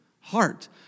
heart